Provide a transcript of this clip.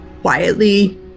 Quietly